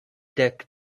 dek